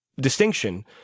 distinction